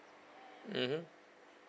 mmhmm